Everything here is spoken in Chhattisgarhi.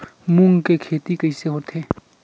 मूंग के खेती कइसे होथे?